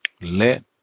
Let